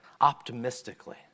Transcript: optimistically